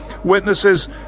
Witnesses